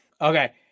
okay